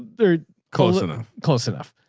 they're close enough. close enough.